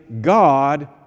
God